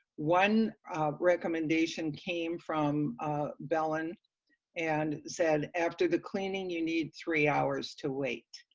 one recommendation came from bellen and said, after the cleaning you need three hours to wait,